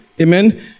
Amen